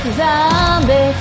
zombie